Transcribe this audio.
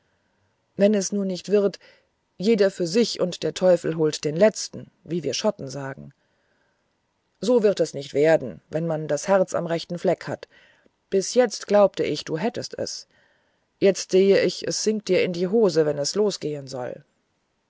wenn es nur nicht wird jeder für sich und der teufel hole den letzten wie wir schotten sagen so wird es nicht werden wenn man das herz am rechten fleck hat bis jetzt glaubte ich du hättest es jetzt seh ich es sinkt dir in die hose wenn es losgehen soll